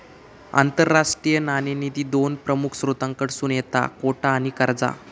आंतरराष्ट्रीय नाणेनिधी दोन प्रमुख स्त्रोतांकडसून येता कोटा आणि कर्जा